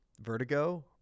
Vertigo